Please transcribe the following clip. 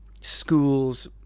schools